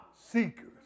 seekers